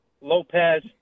Lopez